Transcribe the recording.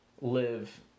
live